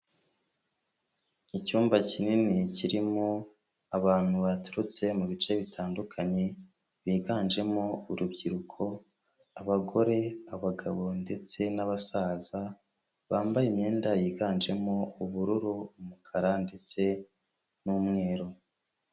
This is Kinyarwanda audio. Icyumba kinini kirimo abantu baturutse mu bice bitandukanye biganjemo urubyiruko, abagore, abagabo ndetse n'abasaza, bambaye imyenda yiganjemo ubururu umukara ndetse n'umweru.